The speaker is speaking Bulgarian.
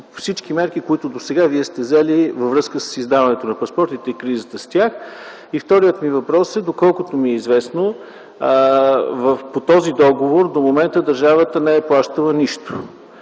всички мерки, които досега сте взели във връзка с издаването на паспортите и кризата с тях. Вторият ми въпрос е доколкото ми е известно по този договор до момента държавата не е плащала нищо.